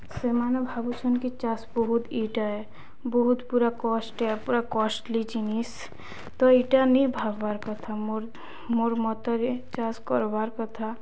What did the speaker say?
ସେମାନେ ଭାବୁଛନ୍ କି ଚାଷ୍ ବହୁତ୍ ଇଟା ଏ ବହୁତ୍ ପୁରା କଷ୍ଟ୍ ଏ ପୁରା କଷ୍ଟ୍ଲି ଜିନିଷ୍ ତ ଇଟା ନେଇି ଭାବ୍ବାର୍ କଥା ମୋର୍ ମୋର୍ ମତରେ ଚାଷ୍ କର୍ବାର୍ କଥା